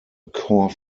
core